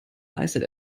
leistet